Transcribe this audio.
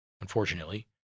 Unfortunately